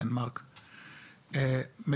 דנמרק,